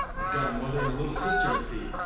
i've got a mother and a little sister to feed.